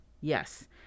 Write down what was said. yes